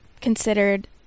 considered